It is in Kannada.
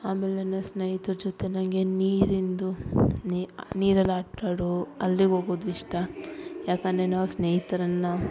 ಆಮೇಲೆ ನಾನು ಸ್ನೇಹಿತರ್ ಜೊತೆ ನನಗೆ ನೀರಿನದು ನೀರಲ್ಲಾಟ ಆಡೋ ಅಲ್ಲಿಗೋಗೋದು ಇಷ್ಟ ಯಾಕಂದರೆ ನಾವು ಸ್ನೇಹಿತರನ್ನ